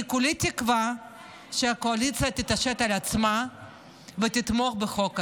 אני כולי תקווה שהקואליציה תתעשת על עצמה ותתמוך בחוק הזה.